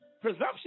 Presumption